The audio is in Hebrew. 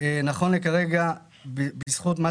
זה אמור לתת שירות לכמה